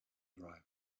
driver